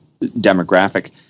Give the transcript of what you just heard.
demographic